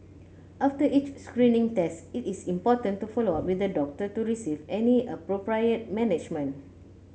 after each screening test it is important to follow up with the doctor to receive any appropriate management